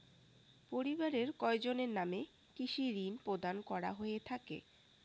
পরিবারের কয়জনের নামে কৃষি ঋণ প্রদান করা হয়ে থাকে?